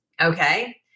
Okay